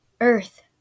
earth